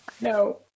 No